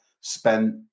spent